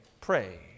pray